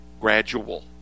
gradual